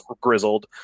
grizzled